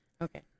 Okay